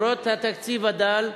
למרות התקציב הדל,